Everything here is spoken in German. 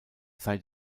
sei